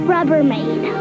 Rubbermaid